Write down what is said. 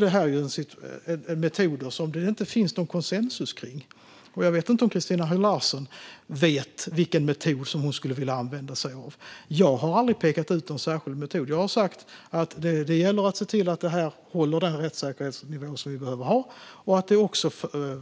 Det här gäller metoder som det inte finns någon konsensus kring. Jag vet inte om Christina Höj Larsen vet vilken metod hon skulle vilja att man använder sig av. Jag har aldrig pekat ut någon särskild metod. Jag har sagt att det gäller att se till att metoderna håller den rättssäkerhetsnivå som vi behöver och att det